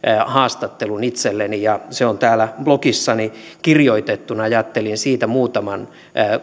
haastattelun itselleni ja se on täällä blogissani kirjoitettuna ajattelin siitä muutaman